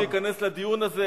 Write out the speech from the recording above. אתה רוצה להיכנס לדיון הזה?